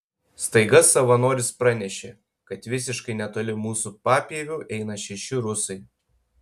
staiga savanoris pranešė kad visiškai netoli mūsų papieviu eina šeši rusai